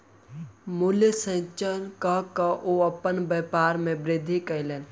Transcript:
मूल्य संचय कअ के ओ अपन व्यापार में वृद्धि कयलैन